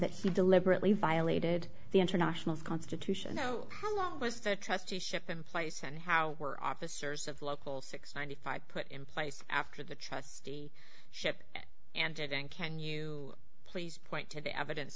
that he deliberately violated the international constitution how long was the trusteeship in place and how were officers of local six ninety five put in place after the trustee ship and didn't can you please point to the evidence